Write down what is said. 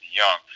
young